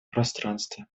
пространстве